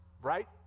Right